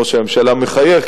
ראש הממשלה מחייך,